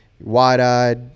wide-eyed